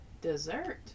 dessert